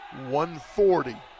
140